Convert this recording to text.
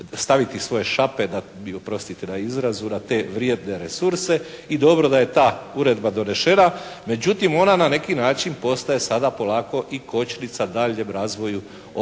staviti svoje šape da mi oprostite na izrazu, na te vrijedne resurse i dobro da je ta uredba donešena. Međutim ona na neki način postaje sada polako i kočnica daljnjem razvoju otoka jer